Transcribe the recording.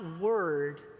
word